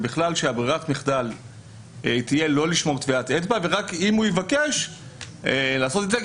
שברירת המחדל תהיה לא לשמור טביעת אצבע ורק אם הוא יבקש לעשות את זה.